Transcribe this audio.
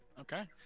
Okay